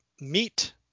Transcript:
meet